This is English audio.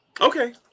okay